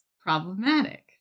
problematic